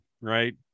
right